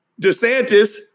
DeSantis